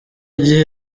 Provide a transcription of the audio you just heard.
gihe